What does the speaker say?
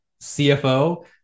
CFO